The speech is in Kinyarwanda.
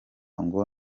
ngo